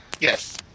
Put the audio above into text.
Yes